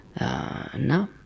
no